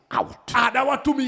out